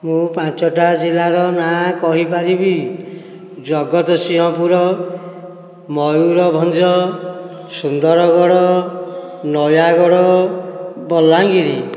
ମୁଁ ପାଞ୍ଚୋଟି ଜିଲ୍ଲାର ନାଁ କହିପାରିବି ଜଗତସିଂହପୁର ମୟୁରଭଞ୍ଜ ସୁନ୍ଦରଗଡ଼ ନୟାଗଡ଼ ବଲାଙ୍ଗୀର